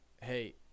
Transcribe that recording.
hey